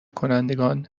کنندگان